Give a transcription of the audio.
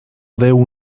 deu